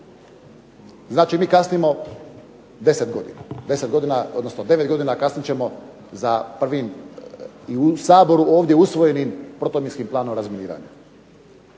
Znači, mi kasnimo 10 godina, 10 godina, odnosno 9 godina kasnit ćemo za prvim u Saboru ovdje usvojenim protuminskim planom razminiranja.